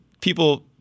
people